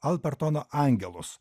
alpertono angelus